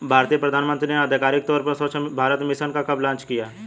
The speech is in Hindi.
भारतीय प्रधानमंत्री ने आधिकारिक तौर पर स्वच्छ भारत मिशन कब लॉन्च किया?